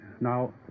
Now